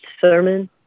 sermon